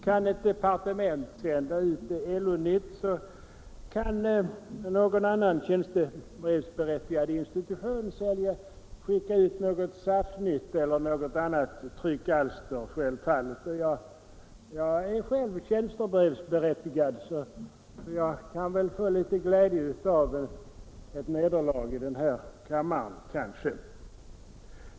Kan ett departement sända ut LO-nytt så kan någon annan tjänstebrevsberättigad institution självfallet med tjänstepost skicka ut SAF nytt eller något annat liknande tryckalster. Jag är själv tjänstebrevsberättigad, så jag kan möjligen få litet glädje av ett nederlag här i kammaren för reservationen.